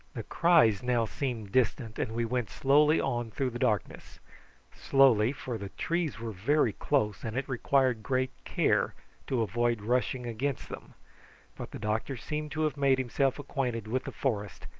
the cries now seemed distant, and we went slowly on through the darkness slowly, for the trees were very close and it required great care to avoid rushing against them but the doctor seemed to have made himself acquainted with the forest,